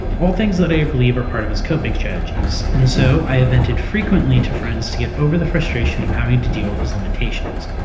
all things that i believe are part of his coping strategies and so i have vented frequently to friends to get over the frustration of having to deal with his limitations.